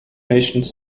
nations